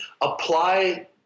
apply